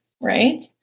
right